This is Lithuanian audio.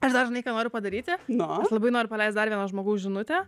aš dar žinai ką noriu padaryti aš labai noriu paleist dar vieno žmogaus žinutę